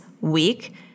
week